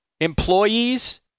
employees